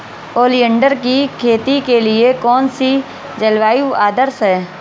Oleander की खेती के लिए कौन सी जलवायु आदर्श है?